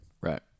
right